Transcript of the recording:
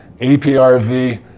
APRV